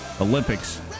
Olympics